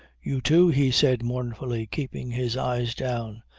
you too, he said mournfully, keeping his eyes down.